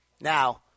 Now